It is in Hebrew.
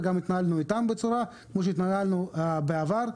וגם כמו שהתנהלנו בעבר,